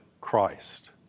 Christ